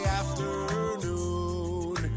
afternoon